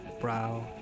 brow